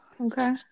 Okay